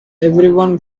everyone